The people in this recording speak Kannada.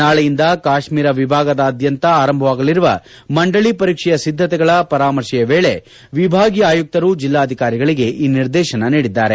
ನಾಳೆಯಿಂದ ಕಾತ್ನೀರ ವಿಭಾಗದಾದ್ಯಂತ ಆರಂಭವಾಗಲಿರುವ ಮಂಡಳ ಪರೀಕ್ಷೆಯ ಸಿದ್ದತೆಗಳ ಪರಾಮರ್ಶೆಯ ವೇಳೆ ವಿಭಾಗೀಯ ಆಯುಕ್ತರು ಜಿಲ್ಲಾಧಿಕಾರಿಗಳಿಗೆ ಈ ನಿರ್ದೇತನ ನೀಡಿದ್ದಾರೆ